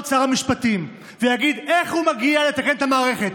שר המשפטים ויגיד איך הוא מגיע לתקן את המערכת,